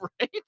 right